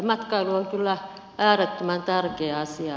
matkailu on kyllä äärettömän tärkeä asia